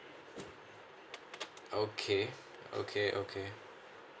okay okay okay